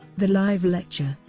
the live lecture,